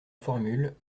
formule